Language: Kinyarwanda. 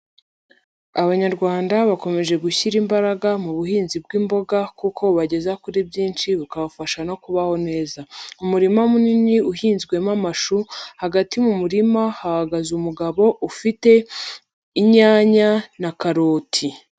Abanyarwanda bakomeje gushyira imbaraga mu buhinzi bw'imboga kuko bubageza kuri byinshi ukabafasha no kubaho neza, umurima munini uhinzwemo amashu, hagati mu murima hahagaze umugabo ufite inyanya na karoti.